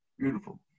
Beautiful